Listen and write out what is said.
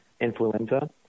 influenza